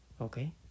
Okay